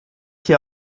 hier